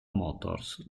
motors